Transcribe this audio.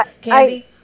candy